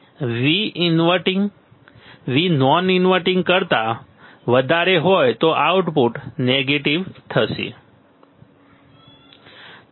જો Vinverting Vnon inverting કરતા વધારે હોય તો આઉટપુટ નેગેટિવ થશે બરાબર